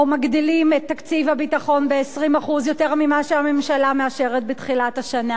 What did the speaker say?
או: מגדילים את תקציב הביטחון ב-20% ממה שהממשלה מאשרת בתחילת השנה,